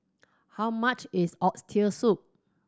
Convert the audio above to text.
how much is Oxtail Soup